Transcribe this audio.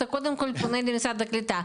אתה קודם כל פונה למשרד העלייה והקליטה.